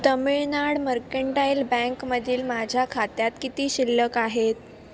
Tamil Nadu mercantile बँकेमधील माझ्या खात्यात किती शिल्लक आहेत